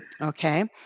okay